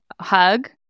hug